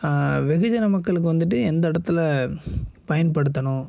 வெகுஜன மக்களுக்கு வந்துட்டு எந்த இடத்துல பயன்படுத்தணும்